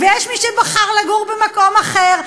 ויש מי שבחר לגור במקום אחר.